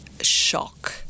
shock